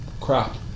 crap